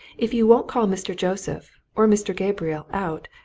if you won't call mr. joseph or mr. gabriel out,